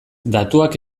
datuak